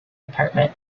department